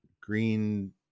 green